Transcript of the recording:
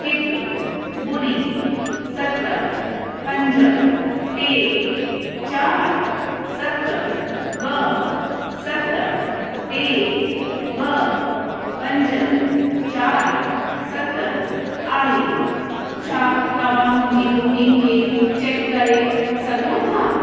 हिकु ॿुड़ी सत पंज टे चारि सत ॿ सत टे ॿ पंज चारि सत आहे छा तव्हां मुंहिंजी बुकिंग खे चैक करे सघो था